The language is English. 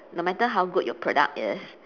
no matter how good your product is